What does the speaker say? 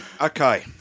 Okay